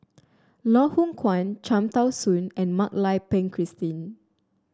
Loh Hoong Kwan Cham Tao Soon and Mak Lai Peng Christine